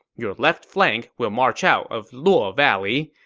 your left flank will march out of luo valley,